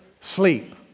sleep